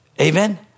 Amen